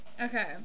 Okay